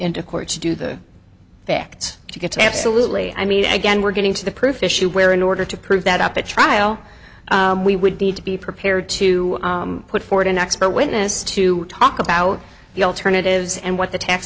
into court to do the facts to get absolutely i mean again we're getting to the proof issue where in order to prove that up at trial we would need to be prepared to put forward an expert witness to talk about the alternatives and what the tax